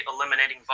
eliminating